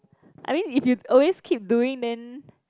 I mean if you always keep doing then